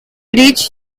breech